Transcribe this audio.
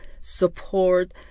support